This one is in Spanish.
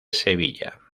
sevilla